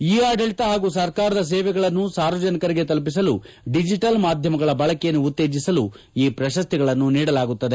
E ಆಡಳತ ಪಾಗೂ ಸರ್ಕಾರದ ಸೇವೆಗಳನ್ನು ಸಾರ್ವಜನಿಕರಿಗೆ ತಲುಪಿಸಲು ಡಿಜಿಬಲ್ ಮಾಧ್ಯಮಗಳ ಬಳಕೆಯನ್ನು ಉತ್ತೇಜಸಲು ಈ ಪ್ರಶಸ್ತಿಗಳನ್ನು ನೀಡುತ್ತದೆ